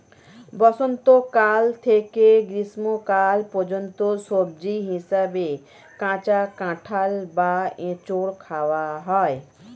বসন্তকাল থেকে গ্রীষ্মকাল পর্যন্ত সবজি হিসাবে কাঁচা কাঁঠাল বা এঁচোড় খাওয়া হয়